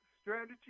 strategy